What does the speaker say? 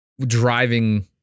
Driving